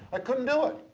couldn't do it.